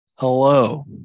Hello